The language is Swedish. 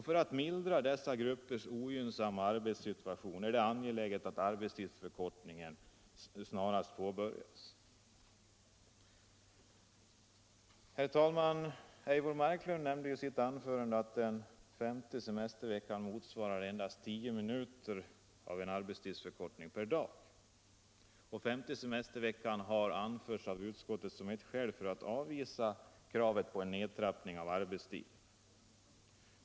För att dessa gruppers ogynnsamma arbetssituation skall kunna mildras är det angeläget att arbetstidsförkortningen snarast påbörjas. Herr talman! Eivor Marklund nämnde i sitt anförande att den femte semesterveckan motsvarar endast tio minuters arbetstidsförkortning per dag. Den femte semesterveckan har av utskottet anförts som skäl för att avvisa kraven på en nedtrappning av arbetstiden.